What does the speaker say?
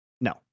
No